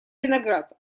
виноград